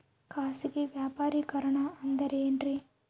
ಖಾಸಗಿ ವ್ಯಾಪಾರಿಕರಣ ಅಂದರೆ ಏನ್ರಿ?